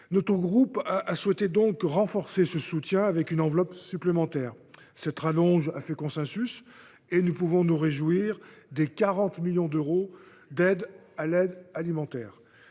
Notre groupe a souhaité renforcer ce soutien au travers d’une enveloppe supplémentaire. Cette rallonge a fait consensus et nous pouvons nous réjouir des 40 millions d’euros qui viendront